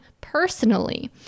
personally